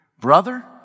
Brother